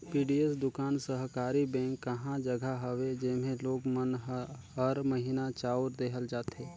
PDS दुकान सहकारी bank कहा जघा हवे जेम्हे लोग मन ल हर महिना चाँउर देहल जाथे